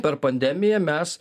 per pandemiją mes